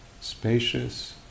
spacious